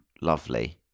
lovely